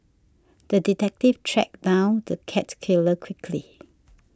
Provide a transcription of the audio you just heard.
the detective tracked down the cat killer quickly